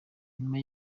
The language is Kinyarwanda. nyuma